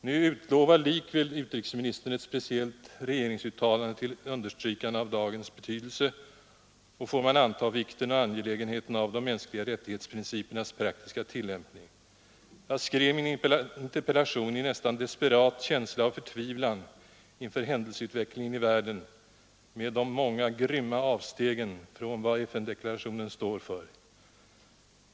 Nu utlovar likväl utrikesministern ett speciellt regeringsuttalande till understrykande av dagens betydelse och, får man anta, vikten och angelägenheten av de mänskliga rättighetsprincipernas praktiska tillämpning. Jag skrev min interpellation i en nästan desperat känsla av förtvivlan inför händelseutvecklingen i världen med de många grymma avstegen från vad FN-deklarationen står för.